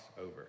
over